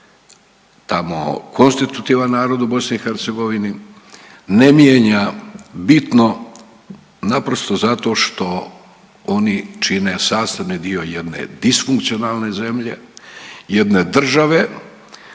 tamo konstitutivan narod u BiH ne mijenja bitno naprosto zato što oni čine sastavni dio jedne disfunkcionalne zemlje, jedne države